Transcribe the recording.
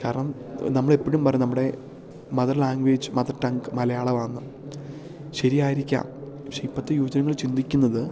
കാരണം നമ്മളെപ്പഴും പറയും നമ്മുടെ മദർ ലാംഗ്വേജ് മദർ ടങ്ക് മലയാളമാണ് ശരിയായിരിക്കാം പക്ഷേ ഇപ്പത്തെ യുവജനങ്ങൾ ചിന്തിക്കുന്നത്